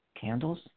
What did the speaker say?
candles